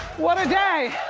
what a day.